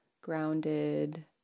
grounded